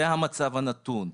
זה המצב הנתון.